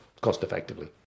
cost-effectively